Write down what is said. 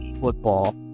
football